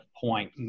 point